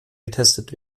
getestet